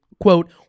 quote